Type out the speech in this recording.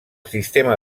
sistema